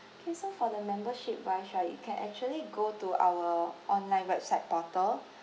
okay so for the membership wise right you can actually go to our online website portal